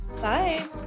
Bye